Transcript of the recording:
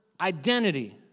identity